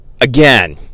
Again